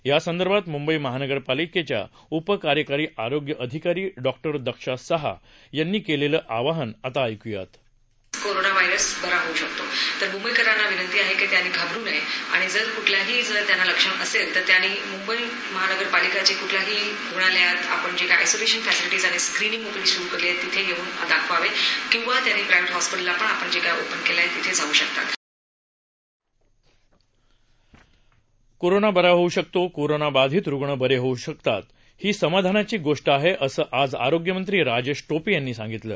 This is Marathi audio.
यासंदर्भात मुंबई महापालिकेच्या उप कार्यकारी आरोग्य अधिकारी डॉक्टर दक्षा शाह यांनी केलेले आवाहन आता ऐकूयात कोरोना बरा होऊ शकतो कोरोनाबाधीत रूग्ण बरे होत आहेत ही समाधानाची गोष्ट आहे असं आज आरोग्यमंत्री राजेश टोपे यांनी सांगितलं